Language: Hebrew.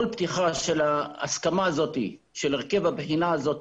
כל פתיחה של ההסכמה הזאת של הרכב הבחינה הזאת